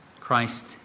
Christ